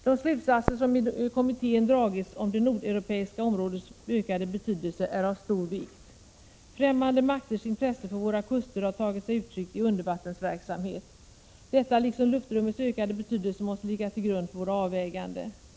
De slutsatser som i kommittén dragits om det nordeuropeiska områdets ökade betydelse är av stor vikt. Främmande makters intresse för våra kuster har tagit sig uttryck i undervattensverksamhet. Detta förhållande liksom luftrummets ökade betydelse måste ligga till grund för våra avväganden.